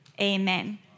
Amen